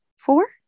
four